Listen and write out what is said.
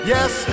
Yes